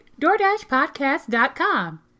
DoorDashPodcast.com